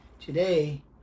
today